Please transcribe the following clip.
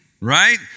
right